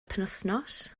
penwythnos